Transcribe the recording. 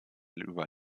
über